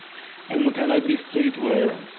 al-mutanabbi street, where